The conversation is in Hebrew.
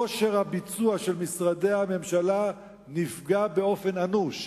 כושר הביצוע של משרדי הממשלה נפגע באופן אנוש.